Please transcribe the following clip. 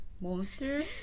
monster